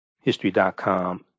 History.com